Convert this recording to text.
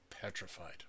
petrified